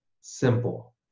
simple